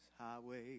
highway